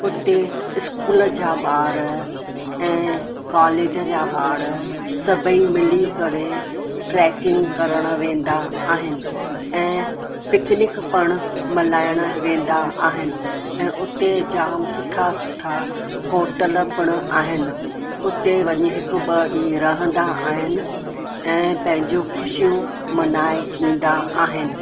हुते इस्कूल जा ॿार ऐं कॉलेज जा ॿार सभइ मिली करे ट्रैकिंग करणु वेंदा आहिनि ऐं पिकनिक पिणु मल्हाइणु वेंदा आहिनि ऐं उते जां सुठा सुठा होटल पिणु आहिनि उते वञी हिकु ॿ ॾींहं रहंदा आहिनि ऐं पंहिंजियूं ख़ुशियूं मल्हाए ईंदा आहिनि